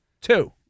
two